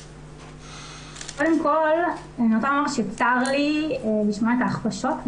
קודם כל אני רוצה לומר שצר לי לשמוע את ההכפשות,